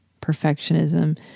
perfectionism